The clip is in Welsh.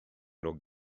nhw